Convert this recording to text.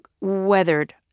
weathered